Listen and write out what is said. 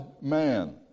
man